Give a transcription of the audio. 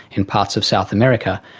in parts of south america,